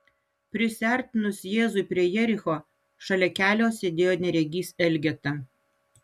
prisiartinus jėzui prie jericho šalia kelio sėdėjo neregys elgeta